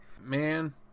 Man